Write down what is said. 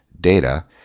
data